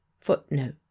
footnote